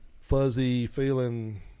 fuzzy-feeling